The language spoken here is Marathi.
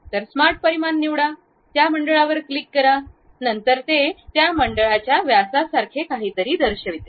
तर स्मार्ट परिमाण निवडा त्या मंडळावर क्लिक करा नंतर ते त्या मंडळाच्या व्यासासारखे काहीतरी दर्शविते